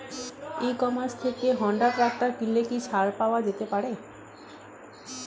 ই commerce থেকে Honda tractor কিনলে কি ছাড় পাওয়া যেতে পারে?